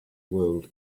world